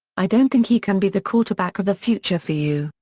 i don't think he can be the quarterback of the future for you,